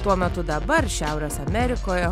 tuo metu dabar šiaurės amerikoje